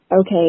okay